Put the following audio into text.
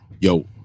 yo